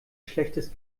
schlechtes